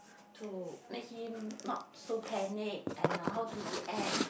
to make him not so panic and how to react